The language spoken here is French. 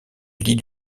lit